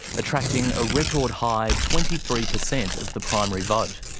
attracting a record high twenty three percent of the primary vote.